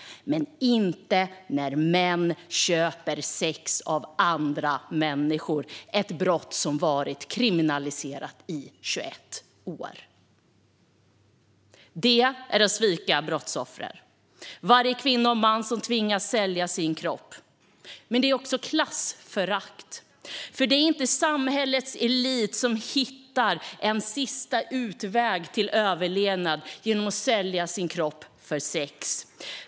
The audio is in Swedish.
Men inte när män köper sex av andra människor, ett brott som har varit kriminaliserat i 21 år. Det är att svika brottsoffer - varje kvinna och man som tvingas sälja sin kropp. Men det är också klassförakt. För det är inte samhällets elit som hittar en sista utväg till överlevnad genom att sälja sin kropp för sex.